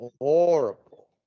horrible